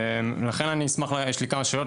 יש לי כמה שאלות.